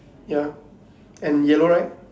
ya and yellow right